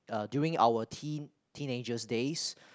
during our teen teenagers days